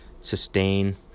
sustain